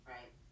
Right